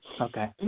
Okay